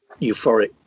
euphoric